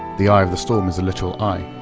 the eye of the storm is a literal eye.